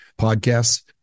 podcasts